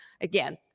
again